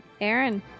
Aaron